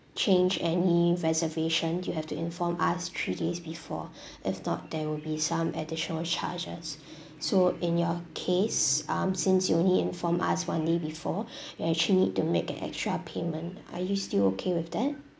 change any reservation you have to inform us three days before if not there will be some additional charges so in your case um since you only inform us one day before you actually need to make an extra payment are you still okay with that